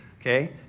okay